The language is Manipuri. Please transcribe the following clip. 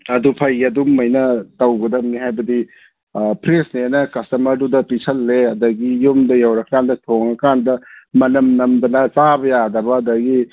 ꯑꯗꯨ ꯐꯩ ꯑꯗꯨꯃꯥꯏꯅ ꯇꯧꯗꯝꯅꯤ ꯍꯥꯏꯕꯗꯤ ꯐ꯭ꯔꯦꯁꯅꯦꯅ ꯀꯁꯇꯃꯔꯗꯨꯗ ꯄꯤꯁꯤꯜꯂꯦ ꯑꯗꯒꯤ ꯌꯨꯝꯗ ꯌꯧꯔ ꯀꯥꯟꯗ ꯊꯣꯡꯉ ꯀꯥꯟꯗ ꯃꯃꯟ ꯅꯝꯗꯅ ꯆꯥꯕ ꯌꯥꯗꯕ ꯑꯗꯒꯤ